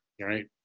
Right